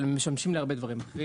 אבל משמשים גם להרבה דברים אחרים.